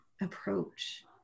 approach